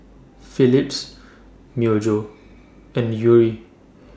Philips Myojo and Yuri